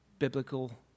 Biblical